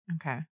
Okay